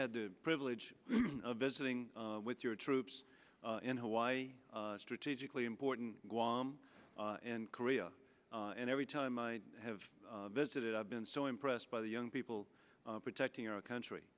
had the privilege of visiting with your troops in hawaii strategically important guam and korea and every time i have visited i've been so impressed by the young people protecting our country